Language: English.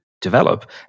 develop